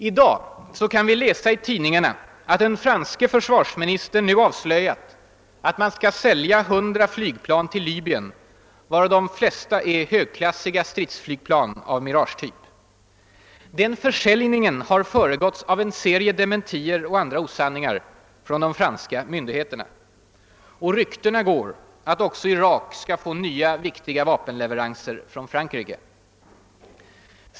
I dag kan vi läsa i tidningarna att den franske försvarsministern nu avslöjat att man skall sälja 100 flygplan till Libyen, varav de flesta är högklassiga stridsflygplan av Miragetyp. Den försäljningen har föregåtts av en serie dementier och andra osanningar från de franska myndigheterna. Och ryktena går att också Irak skall få nya, viktiga vapenleveranser från Frankrike.